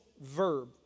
verb